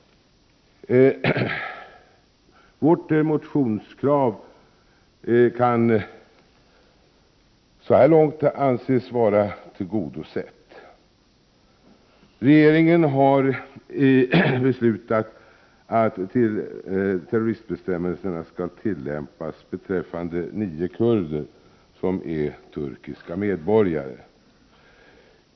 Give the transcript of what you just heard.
Vårt motionskrav kan så här långt anses vara tillgodosett. Regeringen har beslutat att terroristbestämmelserna skall tillämpas beträffande nio kurder som är turkiska medborgare.